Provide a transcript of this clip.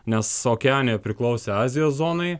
nes okeanija priklausė azijos zonai